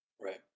Right